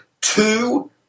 two